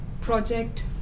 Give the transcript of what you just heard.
project